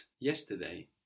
yesterday